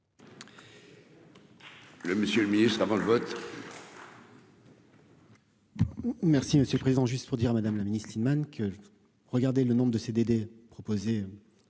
Le monsieur le ministre, avant le vote. Merci monsieur le président, juste pour dire à Madame la Ministre que regarder le nombre de CDD proposés